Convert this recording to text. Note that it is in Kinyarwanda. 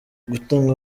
gutanga